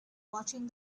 watching